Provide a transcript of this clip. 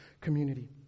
community